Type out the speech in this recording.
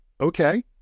Okay